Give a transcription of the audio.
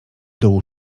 dołu